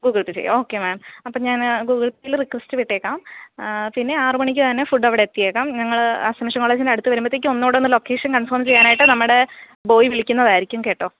Google pay ചെയ്യാം okay ma'am അപ്പം ഞാൻ ഗൂഗിൾ പേയിൽ റിക്വസ്റ്റ് വിട്ടേക്കാം പിന്നെ ആറു മണിക്ക് തന്നെ ഫുഡവിടെ എത്തിച്ചെക്കാം നിങ്ങൾ അസമ്ഷൻ കോളേജ്ൻ്റെ അടുത്തു വരുമ്പോഴ്ത്തേക്കും ഒന്നൂടൊന്ന് ലൊക്കേഷൻ കൺഫേം ചെയ്യാനായിട്ട് നമ്മുടെ ബോയ് വിളിക്കുന്നതായിരിക്കും കേട്ടോ